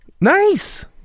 Nice